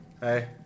Hey